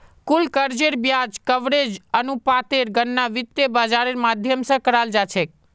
कुल कर्जेर ब्याज कवरेज अनुपातेर गणना वित्त बाजारेर माध्यम से कराल जा छे